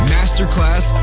Masterclass